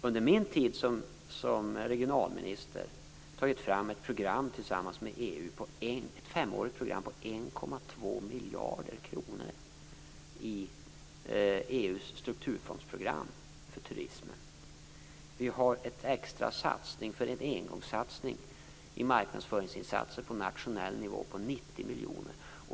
Under min tid som regionalminister har vi tillsammans med EU tagit fram ett femårigt program på 1,2 miljarder kronor i EU:s strukturfondsprogram för turismen. Vi har en extra engångssatsning i marknadsföringsinsatser på nationell nivå på 90 miljoner.